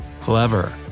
Clever